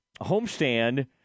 homestand